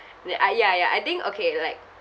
that ah ya ya I think okay like